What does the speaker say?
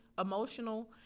emotional